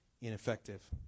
ineffective